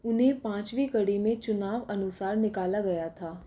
उन्हें पाँचवीं कड़ी में चुनाव अनुसार निकाला गया था